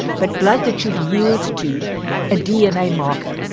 but blood that should yield to a dna marker,